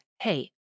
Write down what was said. hey